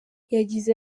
yagize